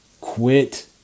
Quit